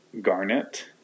Garnet